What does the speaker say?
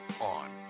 on